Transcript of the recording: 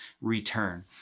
return